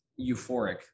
euphoric